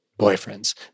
boyfriends